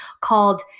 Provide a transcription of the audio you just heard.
called